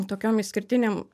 tokiom išskirtinėm